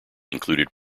included